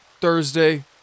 Thursday